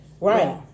Right